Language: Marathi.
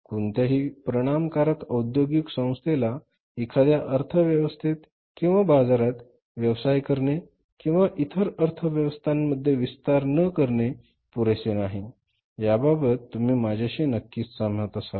कोणत्याही परिणामकारक औद्योगिक संस्थेला एखाद्या अर्थव्यवस्थेत किंवा बाजारात व्यवसाय करणे किंवा इतर अर्थव्यवस्थांमध्ये विस्तार न करणे पुरेसं नाही याबाबत तुम्ही माझ्याशी नक्की सहमत असणार